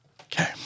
Okay